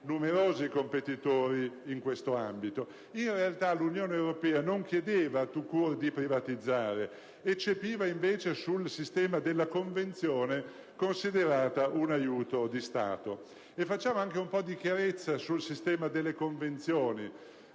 numerosi competitori in questo ambito. In realtà, l'Unione europea non chiedeva *tout court* di privatizzare; eccepiva, invece, sul sistema della convenzione considerata un aiuto di Stato. Facciamo un po' di chiarezza anche sul sistema delle convenzioni.